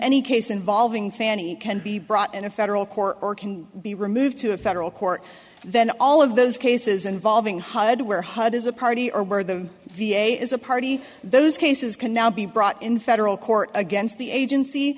any case involving fannie can be brought in a federal court or can be removed to a federal court then all of those cases involving hud where hud is a party or where the v a is a party those cases can now be brought in federal court against the agency